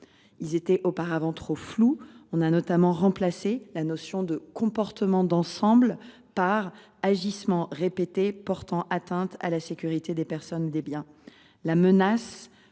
qui étaient auparavant trop flous. Nous avons notamment remplacé la notion de « comportement d’ensemble » par celle d’« agissements répétés portant atteinte à la sécurité des personnes et des biens ». De